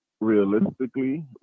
realistically